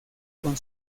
con